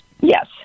Yes